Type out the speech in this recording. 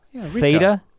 Theta